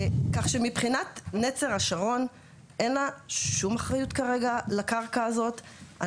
כך שמבחינת נצר השרון אין לה שום אחריות כרגע לקרקע הזאת,